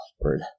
word